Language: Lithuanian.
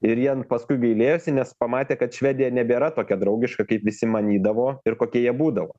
ir jie paskui gailėjosi nes pamatė kad švedija nebėra tokia draugiška kaip visi manydavo ir kokie jie būdavo